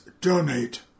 Donate